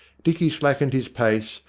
dicky slackened his pace,